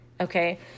okay